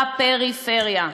בפריפריה.